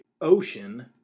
ocean